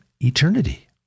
eternity